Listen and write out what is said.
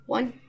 One